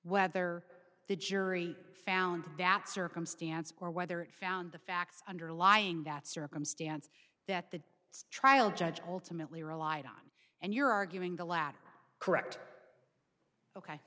whether the jury found that circumstance or whether it found the facts underlying that circumstance that the it's trial judge ultimately relied on and you're arguing the latter correct ok